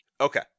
Okay